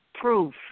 proof